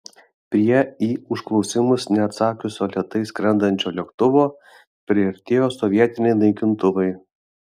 prie į užklausimus neatsakiusio lėtai skrendančio lėktuvo priartėjo sovietiniai naikintuvai